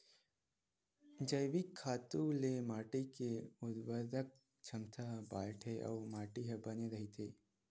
जइविक खातू ले माटी के उरवरक छमता ह बाड़थे अउ माटी ह बने रहिथे